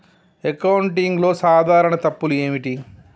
అకౌంటింగ్లో సాధారణ తప్పులు ఏమిటి?